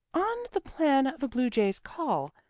on the plan of a blue jay's call,